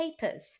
papers